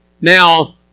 Now